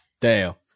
Dale